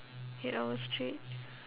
eight hours straight